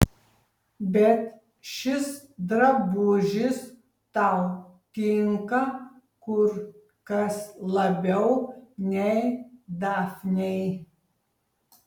bet šis drabužis tau tinka kur kas labiau nei dafnei